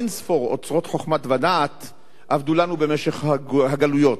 אין-ספור אוצרות חוכמה ודעת אבדו לנו במשך הגלויות.